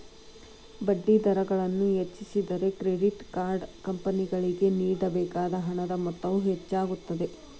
ಬಡ್ಡಿದರಗಳನ್ನು ಹೆಚ್ಚಿಸಿದರೆ, credit card ಕಂಪನಿಗಳಿಗೆ ನೇಡಬೇಕಾದ ಹಣದ ಮೊತ್ತವು ಹೆಚ್ಚಾಗುತ್ತದೆ